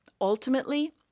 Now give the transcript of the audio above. Ultimately